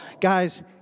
Guys